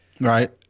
Right